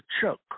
Chuck